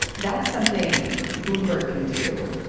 that's something bloomberg can do.